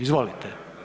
Izvolite.